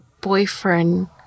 boyfriend